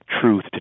truth